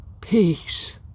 peace